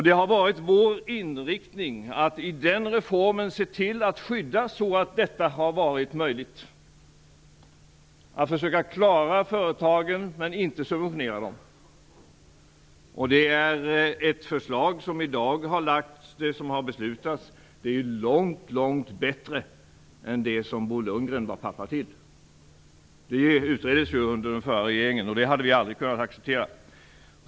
Det har varit vår inriktning att i den reformen se till att ge ett skydd så att detta har varit möjligt, nämligen att försöka klara företagen men inte subventionera dem. Det förslag som har beslutats är långt bättre än det som Bo Lundgren var pappa till. Det utreddes ju under den förra regeringen, och det hade vi aldrig kunnat acceptera.